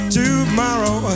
tomorrow